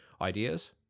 ideas